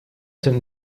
sind